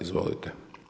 Izvolite.